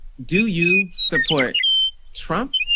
do you support trump?